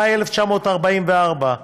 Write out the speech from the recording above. במאי 1944,